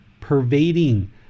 pervading